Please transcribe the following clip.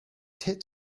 tais